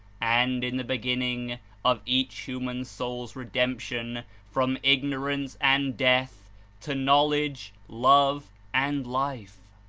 and in the beginning of each hu man soul's redemption from ignorance and death to knowledge, love and life.